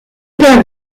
père